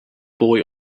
boy